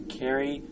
carry